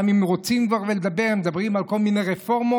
גם אם רוצים כבר לדבר ומדברים על כל מיני רפורמות,